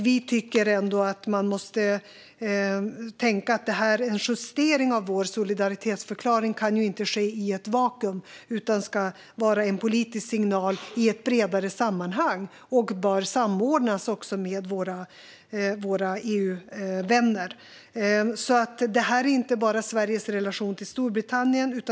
Vi tycker att man måste tänka att det här är en justering av vår solidaritetsförklaring, och det kan inte ske i ett vakuum. Det ska vara en politisk signal i ett bredare sammanhang och bör samordnas med våra EU-vänner. Det gäller alltså inte bara Sveriges relation till Storbritannien.